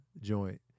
joint